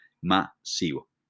masivo